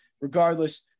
regardless